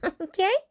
Okay